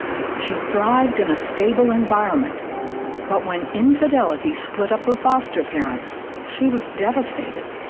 she thrived in a stable environment but when infidelity split up or foster parents she was devastated.